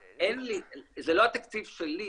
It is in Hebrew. זה לא התקציב שלי,